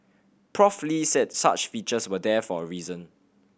Prof Lee said such features were there for a reason